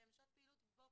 שהן שעות פעילות בוקר,